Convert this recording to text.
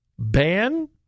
ban